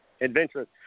adventurous